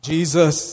Jesus